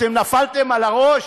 אתם נפלתם על הראש?